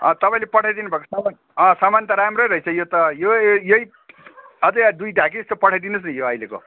तपाईँले पठाइदिनु भएको सामान अँ सामान त राम्रै रहेछ यो त यही यही अझै दुई ढाकीजस्तो पठाइदिनुहोस् न यो अहिलेको